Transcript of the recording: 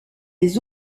des